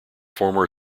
former